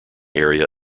area